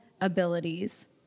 abilities